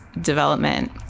development